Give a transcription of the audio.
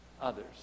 others